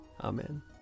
Amen